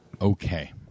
okay